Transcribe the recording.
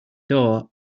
door